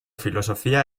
filosofía